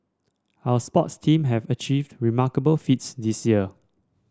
our sports team have achieved remarkable feats this year